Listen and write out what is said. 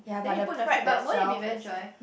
then you put in the fridge but won't it be very dry